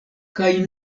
kaj